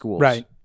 Right